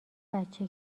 بچه